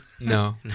No